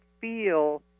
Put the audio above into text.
feel